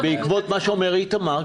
בעקבות מה שאומר איתמר,